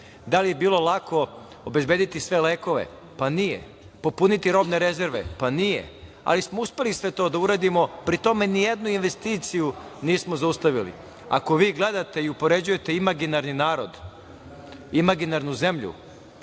Da li je bilo lako obezbediti sve lekove? Pa, nije. Popuniti robne rezerve? Pa, nije. Ali smo uspeli sve to da uradimo, pri tome nijednu investiciju nismo zaustavili. Ako vi gledate i upoređujete imaginarni narod, imaginarnu zemlju,